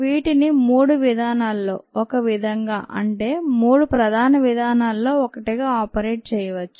వీటిని మూడు విధానాల్లో ఒక విధంగా అంటే మూడు ప్రధాన విధానాల్లో ఒకటిగా ఆపరేట్ చేయవచ్చు